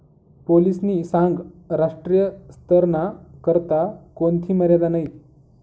पोलीसनी सांगं राष्ट्रीय स्तरना करता कोणथी मर्यादा नयी